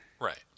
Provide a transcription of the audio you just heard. Right